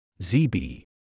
ZB